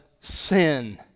sin